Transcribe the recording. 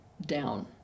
down